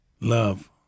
Love